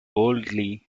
boldly